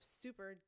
super